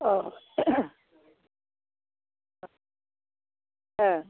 अह